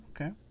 Okay